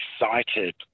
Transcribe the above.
excited